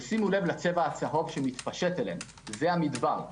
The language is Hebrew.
שימו לב לצבע הצהוב שמתפשט אלינו, זה המדבר.